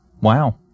wow